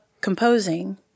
composing